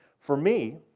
for me,